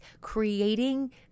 creating